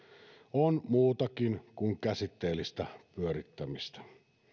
on muutakin kuin käsitteellistä pyörittämistä